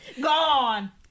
gone